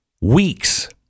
Weeks